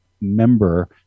member